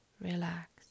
relax